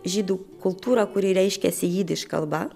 žydų kultūrą kuri reiškėsi jidiš kalba